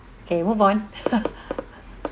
okay move on